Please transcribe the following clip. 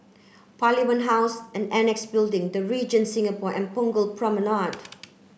Parliament House and Annexe Building The Regent Singapore and Punggol Promenade